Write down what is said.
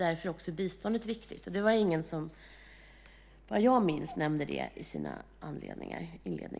Därför är också biståndet viktigt, och vad jag minns var det ingen som nämnde det i sina inledningsanföranden.